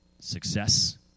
Success